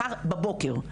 מחר בבוקר,